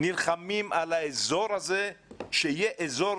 נלחמים על האזור הזה שיהיה אזור